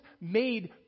made